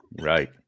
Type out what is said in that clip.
Right